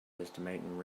estimating